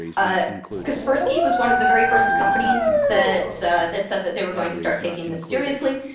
ah kaspersky was one of the very first companies that that said that they were going to start taking this seriously.